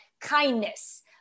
kindness